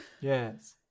Yes